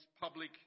public